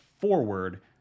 forward